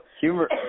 Humor